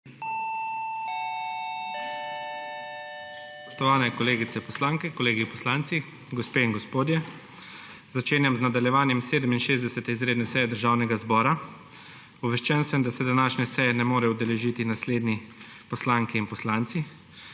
Spoštovane kolegice poslanke, kolegi poslanci, gospe in gospodje! Začenjam nadaljevanje 67. izredne seje Državnega zbora. Obveščen sem, da se današnje seje ne morejo udeležiti naslednji poslanke in poslanci: